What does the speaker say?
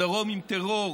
בדרום, עם טרור